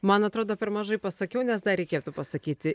man atrodo per mažai pasakiau nes dar reikėtų pasakyti